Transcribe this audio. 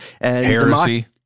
Heresy